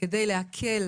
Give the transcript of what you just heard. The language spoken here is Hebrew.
כדי להקל